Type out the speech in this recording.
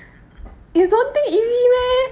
you don't think easy meh